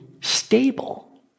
stable